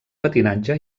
patinatge